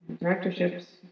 directorships